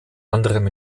anderem